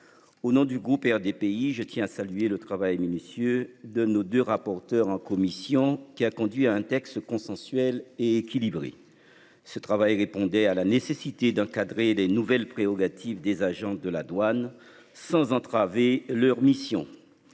Au nom du groupe RDPI je tiens à saluer le travail minutieux de nos 2 rapporteur en commission qui a conduit à un texte consensuel et équilibré. Ce travail répondait à la nécessité d'encadrer les nouvelles prérogatives des agents de la douane sans entraver leur mission.